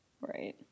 Right